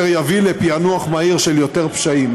ויביא לפענוח מהיר של יותר פשעים.